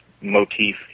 motif